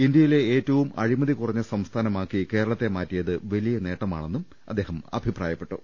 ഇന്തൃയിലെ ഏറ്റവും അഴിമതികുറഞ്ഞ സംസ്ഥാനമാക്കി കേരളത്തെ മാറ്റിയത് വലിയ നേട്ടമാ ണെന്നും മുഖ്യമന്ത്രി അഭിപ്രായപ്പെട്ടു